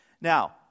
Now